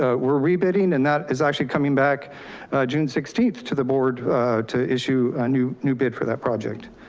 ah we're rebidding. and that is actually coming back june sixteenth to the board to issue a new new bid for that project,